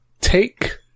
take